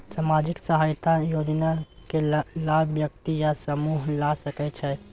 सामाजिक सहायता योजना के लाभ व्यक्ति या समूह ला सकै छै?